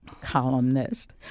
columnist